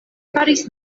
faris